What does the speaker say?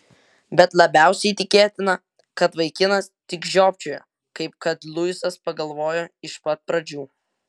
bet labiausiai tikėtina kad vaikinas tik žiopčiojo kaip kad luisas pagalvojo iš pat pradžių